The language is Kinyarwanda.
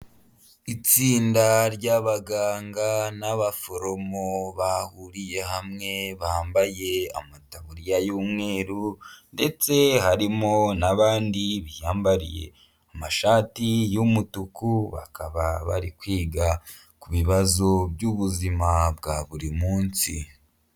Itsinda ry'abaganga n'abaforomo bahuriye hamwe, bambaye amataburiya y'umweru, ndetse harimo n'abandi biyambariye amashati y'umutuku, bakaba bari kwiga ku bibazo by'ubuzima bwa buri munsi.